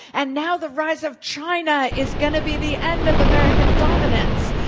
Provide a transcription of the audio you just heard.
and now the rise of china is going to be the end of american dominance.